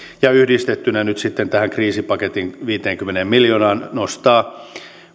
yhdistettynä nyt sitten tähän kriisipaketin viiteenkymmeneen miljoonaan nostaa